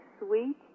sweet